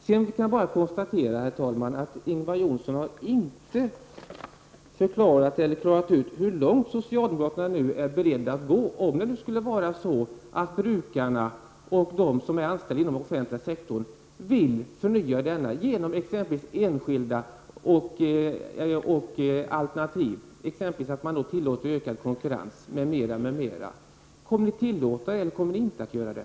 Sedan kan jag bara konstatera, herr talman, att Ingvar Johnsson inte har förklarat hur långt socialdemokraterna nu är beredda att gå om de som använder den offentliga sektorn, och de som är anställda i den, vill förnya denna genom exempelvis enskilda alternativ. Man skulle t.ex. kunna tillåta ökad konkurrens m.m. Kommer ni att tillåta detta, eller kommer ni inte att göra det?